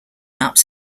ups